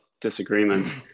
disagreements